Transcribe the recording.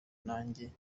nanjye